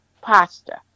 pasta